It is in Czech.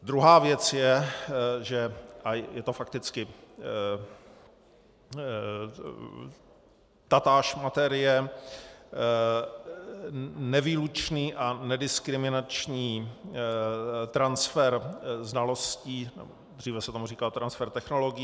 Druhá věc je, a je to fakticky tatáž materie, nevýlučný a nediskriminační transfer znalostí, dříve se tomu říkalo transfer technologií.